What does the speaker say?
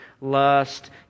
lust